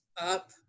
up